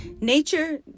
nature